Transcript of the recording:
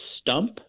Stump